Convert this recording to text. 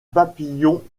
papillon